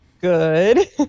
Good